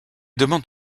demandes